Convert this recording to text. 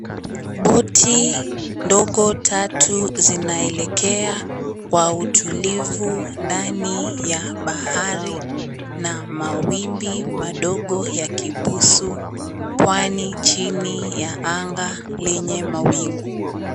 Boti ndogo tatu zinaelekea kwa utulivu ndani ya bahari na mawimbi madogo yakibusu Pwani chini ya anga lenye mawingu.